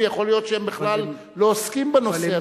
ויכול להיות שהם בכלל לא עוסקים בנושא.